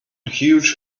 huge